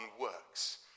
works